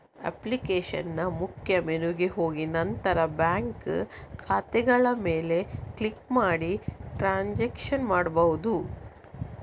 ಅಪ್ಲಿಕೇಶನಿನ ಮುಖ್ಯ ಮೆನುಗೆ ಹೋಗಿ ನಂತರ ಬ್ಯಾಂಕ್ ಖಾತೆಗಳ ಮೇಲೆ ಕ್ಲಿಕ್ ಮಾಡಿ ಟ್ರಾನ್ಸಾಕ್ಷನ್ ಮಾಡ್ಬಹುದು